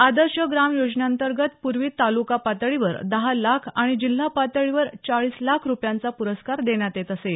आदर्श ग्राम योजनेअंतर्गत पुर्वी तालुका पातळीवर दहा लाख आणि जिल्हा पातळीवर चाळीस लाख रुपयांचा प्रस्कार देण्यात येत असे